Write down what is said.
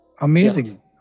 Amazing